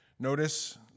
Notice